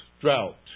drought